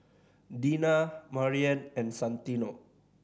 Dina Maryanne and Santino